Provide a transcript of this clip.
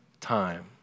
time